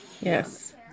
Yes